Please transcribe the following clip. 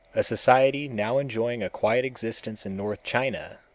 a society now enjoying a quiet existence in north china,